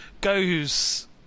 goes